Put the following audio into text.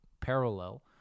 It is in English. parallel